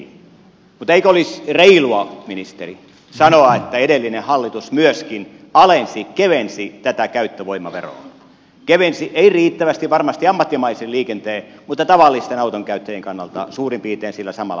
mutta eikö olisi reilua ministeri sanoa että edellinen hallitus myöskin kevensi käyttövoimaveroa kevensi ei riittävästi varmasti ammattimaisen liikenteen mutta tavallisten autonkäyttäjien kannalta suurin piirtein sillä samalla määrällä